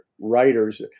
writers